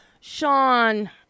Sean